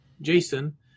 Jason